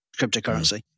cryptocurrency